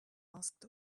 asked